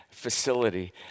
Facility